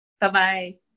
Bye-bye